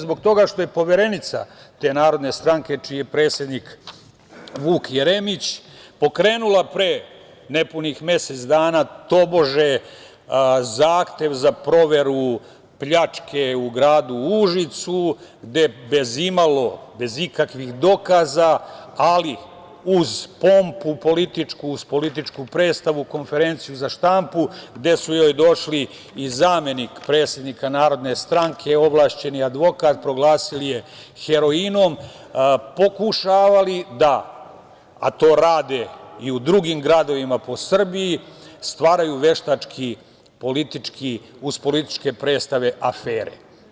Zbog toga što je poverenica te Narodne stranke, čiji je predsednik Vuk Jeremić, pokrenula pre nepunih mesec dana, tobože, zahtev za proveru pljačke u gradu Užicu, gde bez imalo, bez ikakvih dokaza, ali uz pompu političku, uz političku predstavu, konferenciju za štampu, gde su joj došli i zamenik predsednika Narodne stranke, ovlašćeni advokat, proglasili je heroinom, pokušavali da, a to rade i u drugim gradovima po Srbiji, stvaraju veštački, politički, uz političke predstave afere.